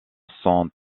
sont